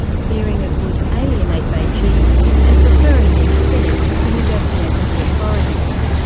fearing it would alienate beijing and preferring instead to negotiate with the authorities.